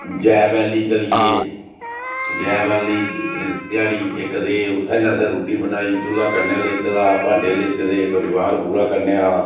जै वैली चली गे जै वैली ध्याड़ी इक रेह् उत्थें गै असें रुट्टी बनाई चुल्ला कन्नै लेते दा हा भांडे कन्नै लेते दे हे परिवार पूरा कन्नै हा